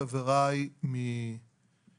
סמנכ"ל פיתוח בינוי.